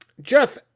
jeff